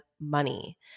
money